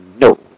no